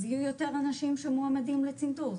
אז יהיה יותר אנשים שמועמדים לצנתור,